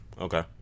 Okay